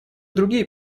другие